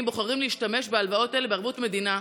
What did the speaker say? בוחרים להשתמש בהלוואות האלה בערבות מדינה.